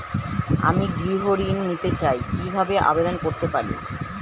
আমি গৃহ ঋণ নিতে চাই কিভাবে আবেদন করতে পারি?